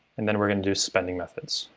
and then we're going to do spending methods.